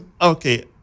Okay